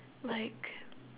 like